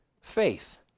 faith